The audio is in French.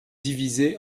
divisé